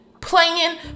Playing